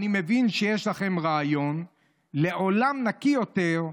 אני מבין שיש לכם רעיון / לעולם נקי יותר,